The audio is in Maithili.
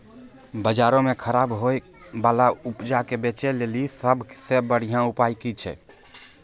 बजारो मे खराब होय बाला उपजा के बेचै लेली सभ से बढिया उपाय कि छै?